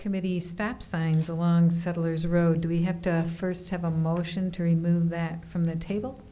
committee stop signs along settlers road we have to first have a motion to remove that from the table